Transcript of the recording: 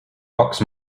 kaks